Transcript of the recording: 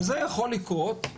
וזה יכול לקרות,